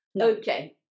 okay